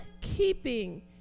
keeping